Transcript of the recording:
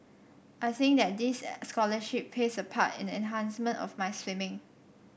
and I think that this scholarship plays a part in the enhancement of my swimming